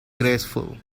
graceful